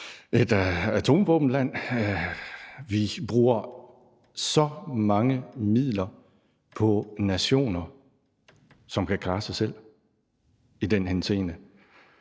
et atomvåbenland. Vi bruger så mange midler på nationer, som kan klare sig selv i den henseende,